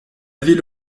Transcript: ville